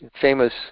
famous